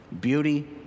beauty